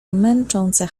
męczące